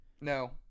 No